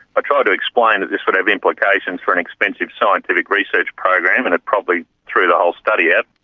i tried to explain that this would have implications for an expensive scientific research program and it probably threw the whole study out.